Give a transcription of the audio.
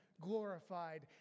glorified